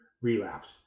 relapse